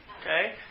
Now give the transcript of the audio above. okay